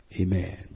Amen